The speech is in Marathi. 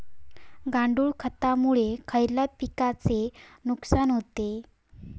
गांडूळ खतामुळे खयल्या पिकांचे नुकसान होते?